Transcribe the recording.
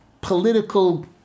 political